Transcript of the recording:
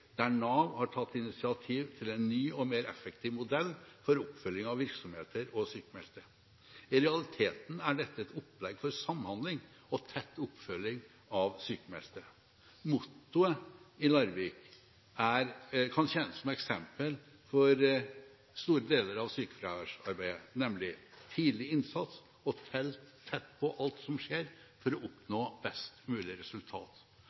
en ny og mer effektiv modell for oppfølging av virksomheter og sykmeldte. I realiteten er dette et opplegg for samhandling og tett oppfølging av sykmeldte. Mottoet i Larvik kan tjene som eksempel for store deler av sykefraværsarbeidet, nemlig tidlig innsats og tett på alt som skjer for å oppnå best mulig resultat,